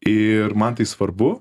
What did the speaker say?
ir man tai svarbu